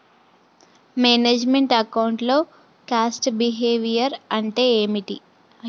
Manage meant account లో cost behaviour అంటే ఏమిటి?